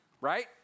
right